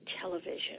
television